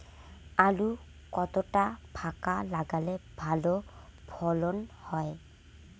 আলু কতটা ফাঁকা লাগে ভালো ফলন হয়?